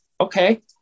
okay